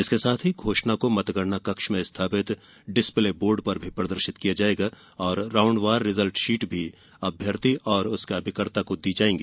इसके साथ ही घोषणा को मतगणना कक्ष में स्थापित डिस्पले बोर्ड पर भी प्रदर्शित किया जाएगा और राउण्डवार रिजल्ट शीट भी अभ्यर्थी और उसके अभिकर्ता को दी जाएगी